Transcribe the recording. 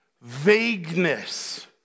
Vagueness